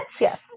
yes